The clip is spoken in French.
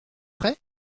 prêt